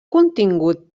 contingut